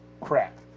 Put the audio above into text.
crap